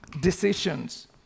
decisions